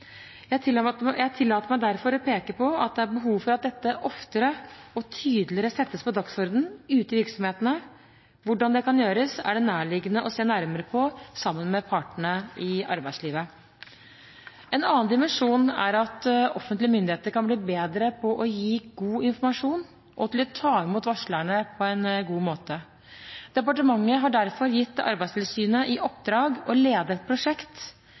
Jeg tillater meg derfor å peke på at det er behov for at dette oftere og tydeligere settes på dagsordenen ute i virksomhetene. Hvordan det kan gjøres, er det nærliggende å se nærmere på sammen med partene i arbeidslivet. En annen dimensjon er at offentlige myndigheter kan bli bedre på å gi god informasjon, og til å ta imot varslerne på en god måte. Departementet har derfor gitt Arbeidstilsynet i oppdrag å lede et prosjekt